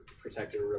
protected